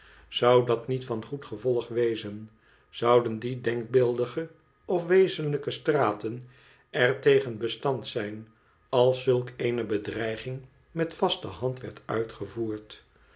zou dat niet van goed gevolg wezen zouden die denkbeeldige of wezenlijke straten er tegen bestand zijn als zulk eene bedreiging met vaste hand werd uitgevoerd